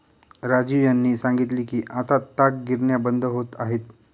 राजीव यांनी सांगितले की आता ताग गिरण्या बंद होत आहेत